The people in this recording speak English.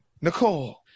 Nicole